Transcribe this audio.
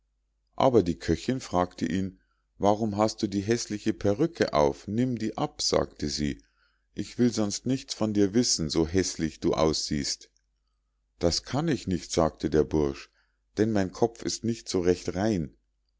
aber die köchinn fragte ihn warum hast du die häßliche perrücke auf nimm die ab sagte sie ich will sonst nichts von dir wissen so häßlich du aussiehst das kann ich nicht sagte der bursch denn mein kopf ist nicht so recht rein